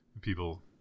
people